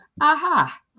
aha